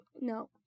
no